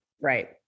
Right